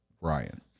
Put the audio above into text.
Ryan